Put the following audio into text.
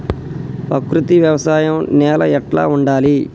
ప్రకృతి వ్యవసాయం నేల ఎట్లా ఉండాలి?